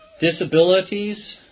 disabilities